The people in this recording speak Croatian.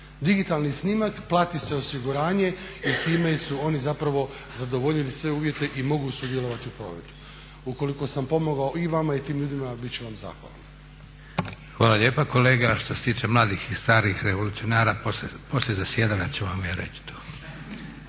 digitalni snimak, plati se osiguranje i time su oni zapravo zadovoljili sve uvjete i mogu sudjelovati u provedbi. Ukoliko sam pomogao i vama i tim ljudima bit ću vam zahvalan. **Leko, Josip (SDP)** Hvala lijepa kolega. Što se tiče mladih i starih revolucionara, poslije zasjedanja ću vam ja reći to.